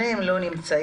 שניהם לא נמצאים.